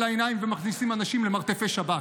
העיניים ומכניסים את האנשים למרתפי השב"כ.